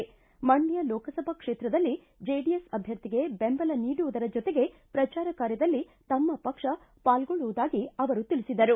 ಮಂಡ್ಹ ಲೋಕಸಭಾ ಕ್ಷೇತ್ರದಲ್ಲಿ ಜೆಡಿಎಸ್ ಅಭ್ಯರ್ಥಿಗೆ ಬೆಂಬಲ ನೀಡುವುದರ ಜೊತೆಗೆ ಪ್ರಚಾರ ಕಾರ್ಯದಲ್ಲಿ ತಮ್ನ ಪಕ್ಷ ಪಾಲ್ಗೊಳ್ಳುವುದಾಗಿ ಅವರು ತಿಳಿಸಿದರು